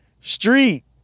Street